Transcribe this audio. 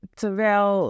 terwijl